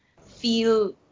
feel